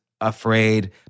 afraid